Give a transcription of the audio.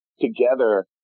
together